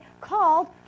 called